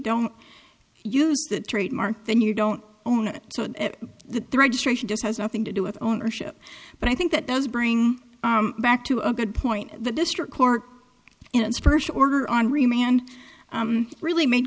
don't use that trademark then you don't own it so the registration just has nothing to do with ownership but i think that does bring back to a good point the district court in its first order on remand really made